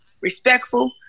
respectful